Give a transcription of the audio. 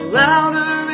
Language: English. louder